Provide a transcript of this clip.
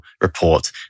report